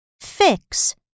Fix